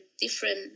different